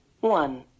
one